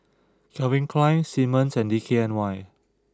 Calvin Klein Simmons and D K N Y